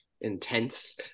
intense